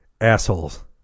Assholes